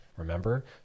Remember